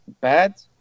bad